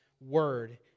word